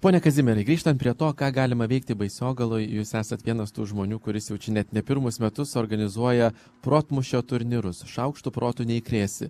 pone kazimierai grįžtant prie to ką galima veikti baisogaloj jūs esat vienas tų žmonių kuris jau čia net ne pirmus metus organizuoja protmūšio turnyrus šaukštu proto neįkrėsi